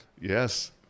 Yes